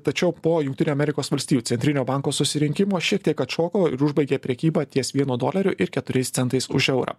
tačiau po jungtinių amerikos valstijų centrinio banko susirinkimo šiek tiek atšoko ir užbaigė prekybą ties vieno dolerio ir keturiais centais už eurą